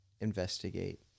investigate